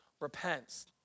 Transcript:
repents